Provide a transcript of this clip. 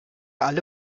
alle